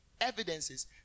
evidences